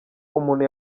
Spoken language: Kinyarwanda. umuntu